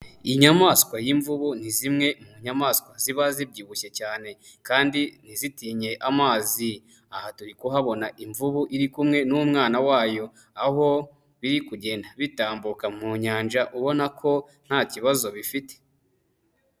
Inyayamaswa y'imvubu ni zimwe mu nyamaswa ziba zibyibushye cyane kandi ntizitinye amazi, aha turi kuhabona imvubu iri kumwe n'umwana wayo aho biri kugenda bitambuka mu nyanja ubona ko nta kibazo bifite.